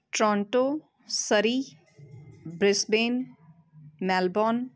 Toronto Surrey Brisbane Melbourne